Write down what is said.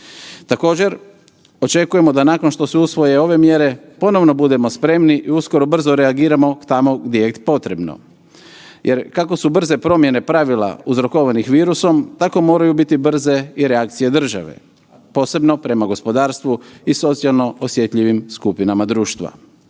Također očekujemo da nakon što se usvoje ove mjere ponovno budemo spremni i uskoro brzo reagiramo tamo gdje je potrebno jer kako su brze promjene pravila uzrokovanih virusom tako moraju biti brze i reakcije države, posebno prema gospodarstvu i socijalno osjetljivim skupinama društva.